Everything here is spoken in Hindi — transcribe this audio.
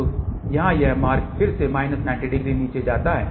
तो यहाँ यह मार्ग फिर से माइनस 90 डिग्री नीचे जाता है